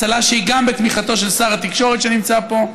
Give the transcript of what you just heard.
הצלה שהיא גם בתמיכתו של שר התקשורת שנמצא פה,